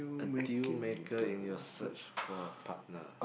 a deal maker in your search for a partner